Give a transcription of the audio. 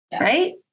Right